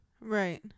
Right